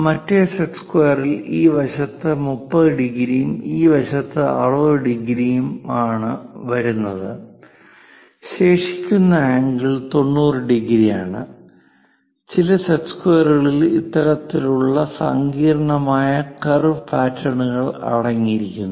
മറ്റെ സെറ്റ് സ്ക്വയറിൽ ഈ വശത്ത് 30 ഡിഗ്രിയും ഈ വശത്ത് 60 ഡിഗ്രിയുമാണ് വരുന്നത് ശേഷിക്കുന്ന ആംഗിൾ 90 ഡിഗ്രിയാണ് ചില സെറ്റ് സ്ക്വയറുകളിൽ ഇത്തരത്തിലുള്ള സങ്കീർണ്ണമായ കർവ് പാറ്റേണുകളും അടങ്ങിയിരിക്കുന്നു